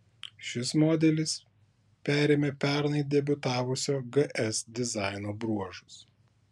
šis modelis perėmė pernai debiutavusio gs dizaino bruožus